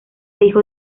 hijo